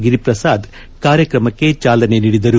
ಗಿರಿಪ್ರಸಾದ್ ಕಾರ್ಯಕ್ರಮಕ್ಕೆ ಚಾಲನೆ ನೀಡಿದರು